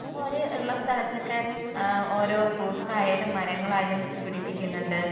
അപ്പോൾ ഒരു ഉള്ള സ്ഥലത്തൊക്കെ ഒരോ ഫ്രൂട്സ് ആയാലും മരങ്ങളായാലും വച്ചുപിടിപ്പിക്കുന്നുണ്ട്